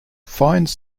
finds